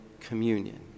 communion